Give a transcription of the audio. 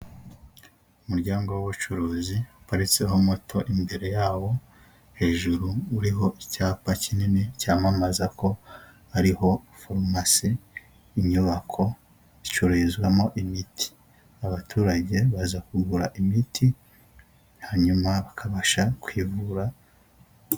Umuryango w'ubucuruzi uparitseho moto imbere yawo hejuru uriho icyapa kinini cyamamaza ko hariho farumasi inyubako icururizwamo imiti, abaturage baza kugura imiti hanyuma bakabasha kwivura.